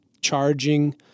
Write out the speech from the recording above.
charging